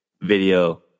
video